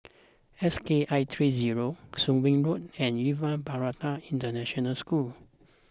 S K I three six zero Soon Wing Road and Yuva Bharati International School